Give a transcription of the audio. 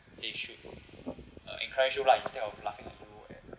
they should uh encourage you lah instead of laughing at you and